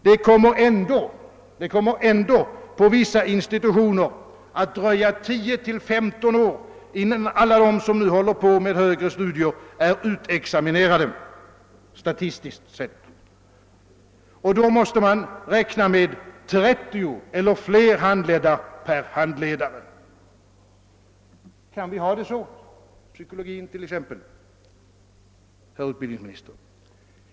Det kommer ändå på vissa institutioner att dröja 10—15 år innan alla de som nu ägnar sig åt högre studier är utexaminerade, statistiskt sett, och då måste man räkna med 30 eller flera handledda per handledare. Kan vi ha det så, i psykologin t.ex., herr utbildningsminister?